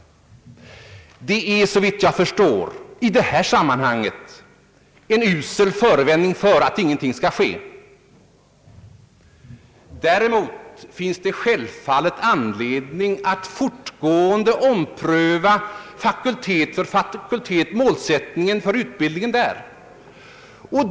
Resonemanget är såvitt jag förstår i detta sammanhang en usel förevändning för att ingenting skall ske. Däremot finns det självfallet anledning att fortgående ompröva målsättningen för utbildningen vid fakultet efter fakultet.